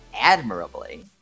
admirably